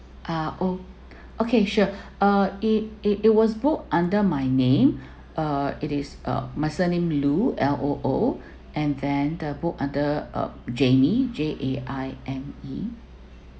ah oh okay sure uh it it it was book under my name uh it is uh my surname loo L O O and then the book under uh jamie J A M I E